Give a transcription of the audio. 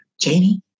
Janie